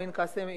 אמין קאסם,